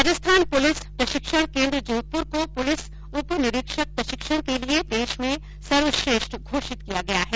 Rajasthan police प्रशिक्षण केन्द्र जोधपुर को पुलिस उप निरीक्षक प्रशिक्षण के लिए देश में सर्वश्रेष्ठ घोषित किया गया है